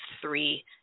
three